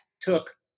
took